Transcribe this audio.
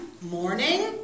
morning